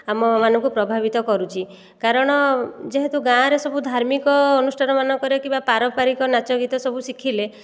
ଆମମାନଙ୍କୁ ପ୍ରଭାବିତ କରୁଛି କାରଣ ଯେହେତୁ ଗାଁରେ ସବୁ ଧାର୍ମିକ ଅନୁଷ୍ଠାନମାନଙ୍କରେ କିମ୍ବା ପାରମ୍ପାରିକ ନାଚ ଗୀତ ସବୁ ଶିଖିଲେ